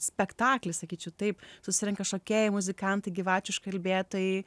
spektaklis sakyčiau taip susirenka šokėjai muzikantai gyvačių užkalbėtojai